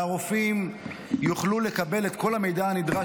והרופאים יוכלו לקבל את כל המידע הנדרש